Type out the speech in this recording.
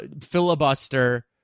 filibuster